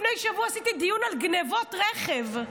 לפני שבוע עשיתי דיון על גנבות רכב,